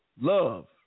love